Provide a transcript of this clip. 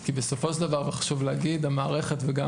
כי בסופו של דבר חשוב להגיד שהמערכת וגם